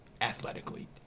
athletically